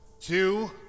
Two